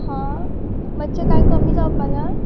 हां मातशें कांय कमी जावपाना